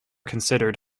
considered